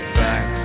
back